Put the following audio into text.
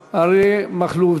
אפילו?